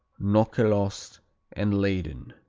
nokkelost and leyden